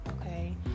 Okay